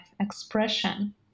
expression